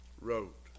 Wrote